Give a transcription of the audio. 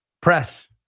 Press